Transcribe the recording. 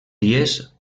dies